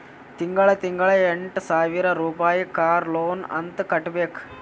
ತಿಂಗಳಾ ತಿಂಗಳಾ ಎಂಟ ಸಾವಿರ್ ರುಪಾಯಿ ಕಾರ್ ಲೋನ್ ಅಂತ್ ಕಟ್ಬೇಕ್